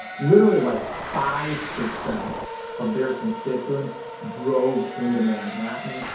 literally like five percent of their constituents drove into manhattan,